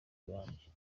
burambye